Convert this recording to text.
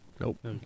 Nope